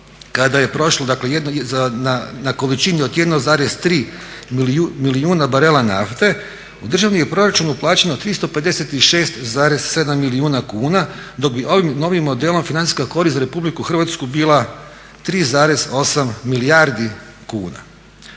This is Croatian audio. kada je prošlo dakle na količini od 1,3 milijuna barela nafte u državni je proračun uplaćeno 356,7 milijuna kuna dok bi ovim novim modelom financijska korist za Republiku Hrvatska bila 3,8 milijardi kuna.